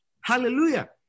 Hallelujah